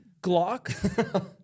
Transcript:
Glock